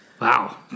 Wow